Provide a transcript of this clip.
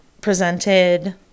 presented